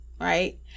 Right